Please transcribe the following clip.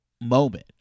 moment